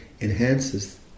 enhances